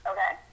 Okay